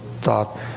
thought